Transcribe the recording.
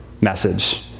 message